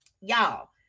y'all